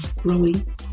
growing